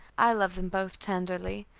i loved them both tenderly,